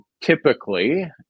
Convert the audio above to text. typically